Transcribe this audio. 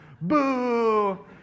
boo